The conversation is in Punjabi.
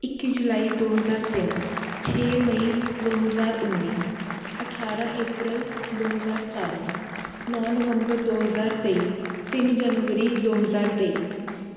ਇੱਕੀ ਜੁਲਾਈ ਦੋ ਹਜ਼ਾਰ ਤਿੰਨ ਛੇ ਮਈ ਦੋ ਹਜ਼ਾਰ ਉੱਨੀ ਅਠਾਰ੍ਹਾਂ ਏਪ੍ਰੈਲ ਦੋ ਹਜ਼ਾਰ ਸਤਾਰ੍ਹਾਂ ਨੌ ਨਵੰਬਰ ਦੋ ਹਜ਼ਾਰ ਤੇਈ ਤਿੰਨ ਜਨਵਰੀ ਦੋ ਹਜ਼ਾਰ ਤੇਈ